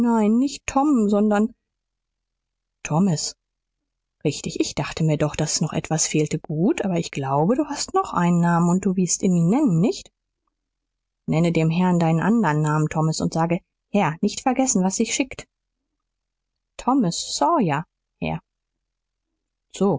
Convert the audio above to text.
nicht tom sondern thomas richtig ich dachte mir doch daß noch etwas fehlte gut aber ich glaube du hast noch einen namen und du wirst ihn mir nennen nicht nenne dem herrn deinen anderen namen thomas und sage herr nicht vergessen was sich schickt thomas sawyer herr so